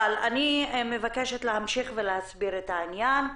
אבל אני מבקשת להמשיך להסביר את העניין.